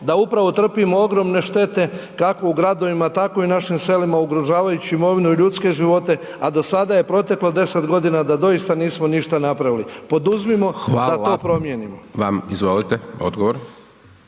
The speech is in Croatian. da upravo trpimo ogromne štete kako u gradovima tako i u našim selima ugrožavajući imovinu i ljudske živote a do sada je proteklo 10 godina da doista nismo ništa napravili. Poduzmimo da to promijenimo. **Hajdaš Dončić, Siniša